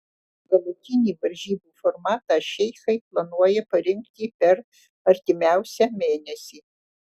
galutinį varžybų formatą šeichai planuoja parinkti per artimiausią mėnesį